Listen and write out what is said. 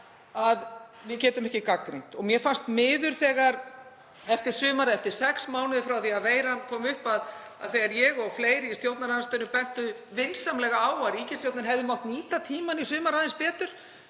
að við getum ekki gagnrýnt. Mér fannst miður að eftir sumarið, eftir sex mánuði frá því að veiran kom upp, þegar ég og fleiri í stjórnarandstöðunni bentum vinsamlega á að ríkisstjórnin hefði mátt nýta tímann í sumar aðeins betur